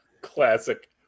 classic